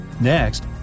Next